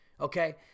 okay